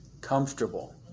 comfortable